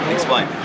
Explain